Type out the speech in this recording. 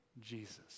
Jesus